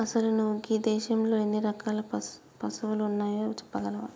అసలు నువు గీ దేసంలో ఎన్ని రకాల పసువులు ఉన్నాయో సెప్పగలవా